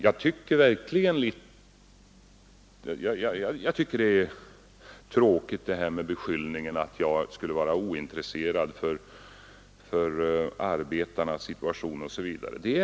Jag tycker det är tråkigt att jag blir beskylld för att vara ointresserad av arbetarnas situation osv.